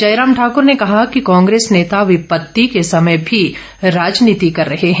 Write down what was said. जयराम ठाकूर ने कहा कि कांग्रेस नेता विपत्ति के समय में भी राजनीति कर रहे हैं